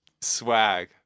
swag